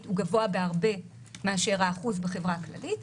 גבוה בהרבה מאשר השיעור בחברה הכללית.